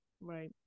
right